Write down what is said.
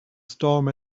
storm